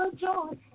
joy